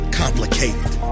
complicated